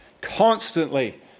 constantly